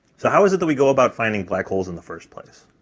so, how is it that we go about finding black holes in the first place?